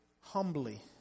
humbly